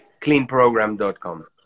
Cleanprogram.com